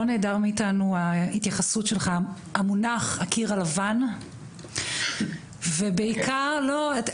לא נעדר מאיתנו ההתייחסות שלך המונח "הקיר הלבן" ובעיקר לא,